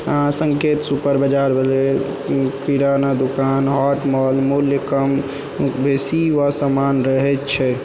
अहाँ संकेत सुपर बजार भेलै किराना दुकान आओर मॉल मूल्य कम बेसी वऽ समान रहै छै